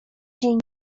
dzień